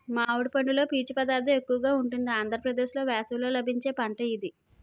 మామిడి పండులో పీచు పదార్థం ఎక్కువగా ఉంటుంది ఆంధ్రప్రదేశ్లో వేసవిలో లభించే పంట ఇది